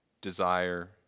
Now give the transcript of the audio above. desire